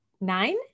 nine